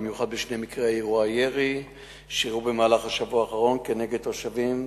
במיוחד בשני מקרי הירי שאירעו במהלך השבוע האחרון כנגד תושבים,